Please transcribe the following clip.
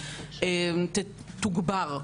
תוגבר.